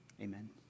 Amen